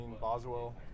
Boswell